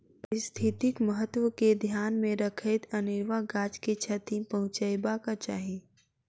पारिस्थितिक महत्व के ध्यान मे रखैत अनेरुआ गाछ के क्षति पहुँचयबाक चाही